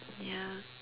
ya